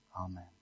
Amen